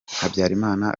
habyarima